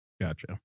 Gotcha